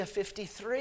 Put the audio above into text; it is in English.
53